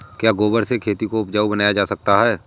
क्या गोबर से खेती को उपजाउ बनाया जा सकता है?